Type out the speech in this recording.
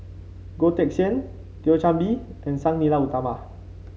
Goh Teck Sian Thio Chan Bee and Sang Nila Utama